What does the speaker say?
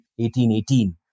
1818